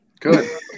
good